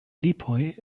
lipoj